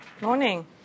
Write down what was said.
Morning